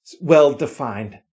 well-defined